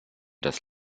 das